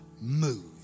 move